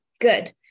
Good